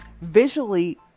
visually